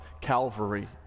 Calvary